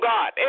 God